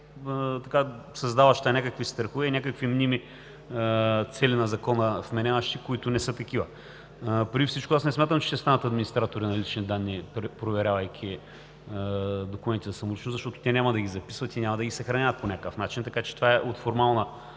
създаваща някакви страхове и вменяваща някакви мними цели на закона, които не са такива. Преди всичко не смятам, че ще станат администратори на лични данни, проверявайки документите за самоличност, защото те няма да ги записват и няма да ги съхраняват по някакъв начин, така че от формална